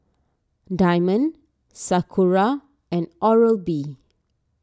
Diamond Sakura and Oral B